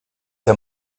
der